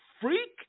freak